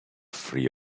free